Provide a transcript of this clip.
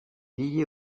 lié